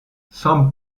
some